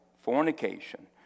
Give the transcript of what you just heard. fornication